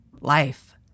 life